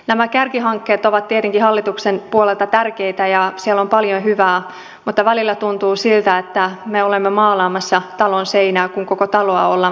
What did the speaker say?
nämä kärkihankkeet ovat tietenkin hallituksen puolelta tärkeitä ja siellä on paljon hyvää mutta välillä tuntuu siltä että me olemme maalaamassa talon seinää kun koko taloa ollaan valitettavasti romuttamassa